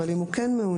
אבל אם הוא כן מעוניין